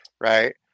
right